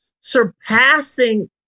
surpassing